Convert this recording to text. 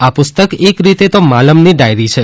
આ પુસ્તક એક રીતે તો માલમની ડાયરી છે